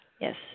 yes